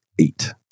eight